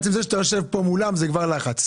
עצם זה שאתה יושב פה מולם זה כבר לחץ...